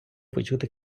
почути